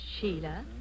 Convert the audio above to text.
Sheila